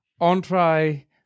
entree